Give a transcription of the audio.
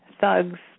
thugs